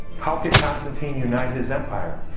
how could constantine unite his empire?